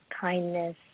kindness